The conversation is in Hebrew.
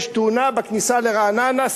יש תאונה בכניסה לרעננה.